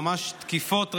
ממש תקיפות ראינו.